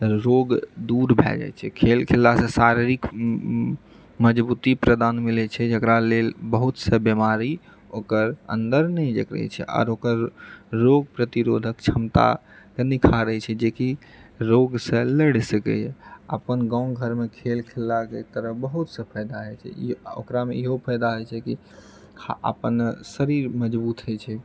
रोग दूर भए जाइत छै खेल खेललासँ शारीरिक मजबूती प्रदान मिलैत छै जकरा लेल बहुत सा बेमारी ओकर अन्दर नहि जाइके रहैत छै आओर ओकर रोग प्रतिरोधक क्षमताके निखारैत छै जेकि रोगसँ लड़ि सकैए अपन गाँव घरमे खेल खेललाके बहुतसँ फायदा होइत छै आ ओकरामे ईहो फायदा होइत छै कि अपन शरीर मजबूत होइत छै